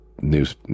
News